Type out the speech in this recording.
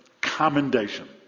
Commendation